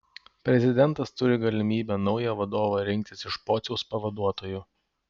prezidentas turi galimybę naują vadovą rinktis iš pociaus pavaduotojų